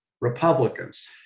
Republicans